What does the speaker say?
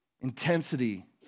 intensity